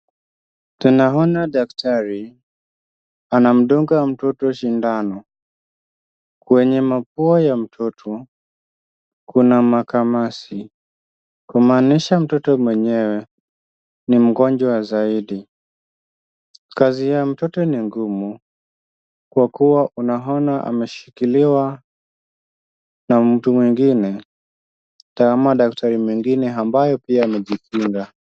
Tunamuona daktari anamdunga mtoto shindano, kwenye mapua ya mtoto kuna makamasi; kumaanisha mtoto mwenyewe ni mgonjwa zaidi. Kazi ya mtoto ni ngumu kwa kuwa tunaona ameshikiliwa na mtu mwingine ama daktari mwingine ambaye pia amejikinga.